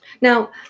Now